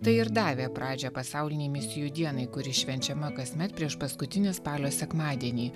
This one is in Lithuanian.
tai ir davė pradžią pasaulinei misijų dienai kuri švenčiama kasmet priešpaskutinį spalio sekmadienį